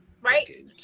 right